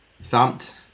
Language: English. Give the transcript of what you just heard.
thumped